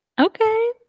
Okay